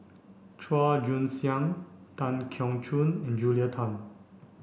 Chua Joon Siang Tan Keong Choon and Julia Tan